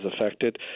affected